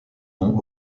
nom